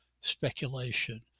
speculation